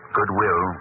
Goodwill